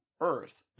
Earth